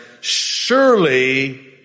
Surely